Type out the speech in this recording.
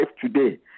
today